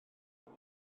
beth